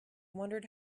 wondered